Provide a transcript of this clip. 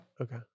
okay